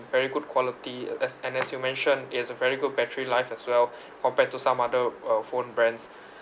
very good quality as and as you mentioned it has a very good battery life as well compared to some other uh phone brands